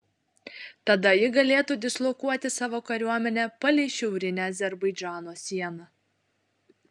tada ji galėtų dislokuoti savo kariuomenę palei šiaurinę azerbaidžano sieną